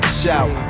shout